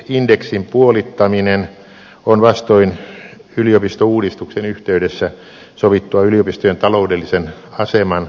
yliopistoindeksin puolittaminen on vastoin yliopistouudistuksen yhteydessä sovittua yliopistojen taloudellisen aseman turvaamista